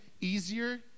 easier